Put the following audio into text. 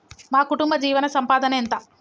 మా కుటుంబ జీవన సంపాదన ఎంత?